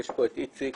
יש פה את איציק,